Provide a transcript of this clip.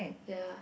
ya